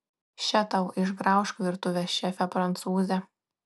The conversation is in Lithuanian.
še tau išgraužk virtuvės šefe prancūze